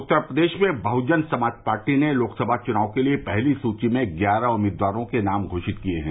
उत्तर प्रदेश में बहजन समाज पार्टी ने लोकसभा चुनाव के लिए पहली सूची में ग्यारह उम्मीदवारों के नाम घोषित किए हैं